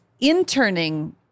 interning